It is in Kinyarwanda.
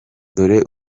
dore